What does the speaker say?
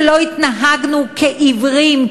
שלא התנהגנו כעיוורים,